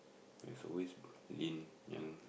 there's always Lin and